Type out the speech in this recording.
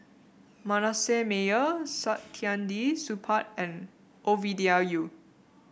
Manasseh Meyer Saktiandi Supaat and Ovidia Yu